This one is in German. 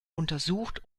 untersucht